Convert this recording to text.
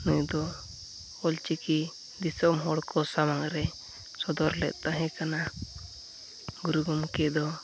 ᱱᱩᱭ ᱫᱚ ᱚᱞ ᱪᱤᱠᱤ ᱫᱤᱥᱚᱢ ᱦᱚᱲᱠᱚ ᱥᱟᱢᱟᱝᱨᱮᱭ ᱥᱚᱫᱚᱨᱞᱮᱫ ᱛᱟᱦᱮᱸ ᱠᱟᱱᱟ ᱜᱩᱨᱩ ᱜᱚᱢᱠᱮ ᱫᱚ